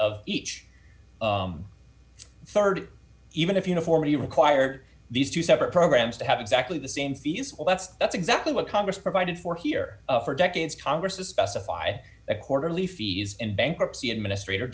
of each rd even if uniformity required these two separate programs to have exactly the same feasible that's that's exactly what congress provided for here for decades congress to specify a quarterly fees in bankruptcy administrator